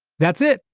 that's it!